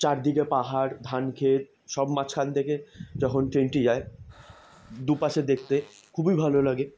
চারদিকে পাহাড় ধান ক্ষেত সব মাঝখান থেকে যখন ট্রেনটি যায় দুপাশে দেখতে খুবই ভালো লাগে